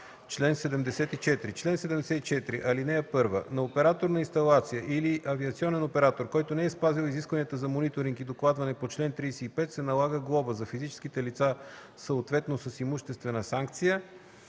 чл. 74: „Чл. 74. (1) На оператор на инсталация или авиационен оператор, който не е спазил изискванията за мониторинг и докладване по чл. 35, се налага глоба - за физическите лица, съответно с имуществена санкция